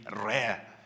rare